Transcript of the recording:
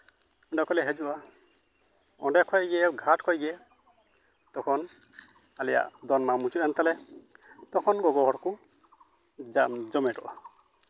ᱚᱸᱰᱮ ᱠᱷᱚᱱ ᱞᱮ ᱦᱤᱡᱩᱜᱼᱟ ᱚᱸᱰᱮ ᱠᱷᱚᱱ ᱜᱮ ᱜᱷᱟᱴ ᱠᱷᱚᱱ ᱜᱮ ᱛᱚᱠᱷᱚᱱ ᱟᱞᱮᱭᱟᱜ ᱫᱚᱱ ᱢᱟ ᱢᱩᱪᱟᱹᱫ ᱮᱱ ᱛᱟᱞᱮ ᱛᱚᱠᱷᱚᱱ ᱜᱚᱜᱚ ᱦᱚᱲ ᱠᱚ ᱡᱚᱢᱮᱴᱚᱜᱼᱟ